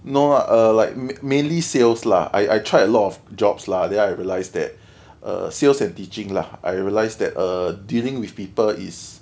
no lah err like main mainly sales lah I I tried a lot of jobs lah then I realized that sales and teaching lah I realized that err dealing with people is